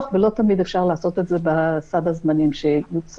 ולא תמיד אפשר לעשות את זה בסד הזמנים שמוצא.